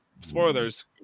spoilers